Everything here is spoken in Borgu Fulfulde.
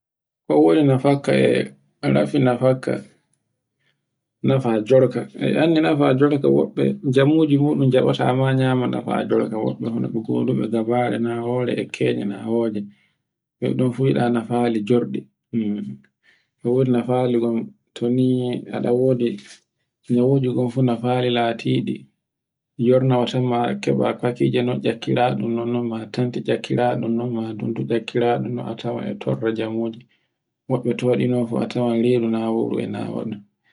ko woni e nafakka e rafi nafakka, nafa jorka. E anndi nafa jorka woɓɓe jammujimuɗum jabata nafa jorka woɓɓe, hono ɗugoduɗu dabare na wawre e kenya nawoje. Mbe ɗon fu yiɗa nafali jorɗe. E wodi nafal ngon to ni aɗa wodi nyauje fu a na fali latiɗi yornawa tonma keɓa fakije non ekkiranun non nonma tanti ekkiraɗum no a tawan e torre jemoji. wobbe towɗino fu a tawan redu nawa ɗun.